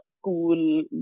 school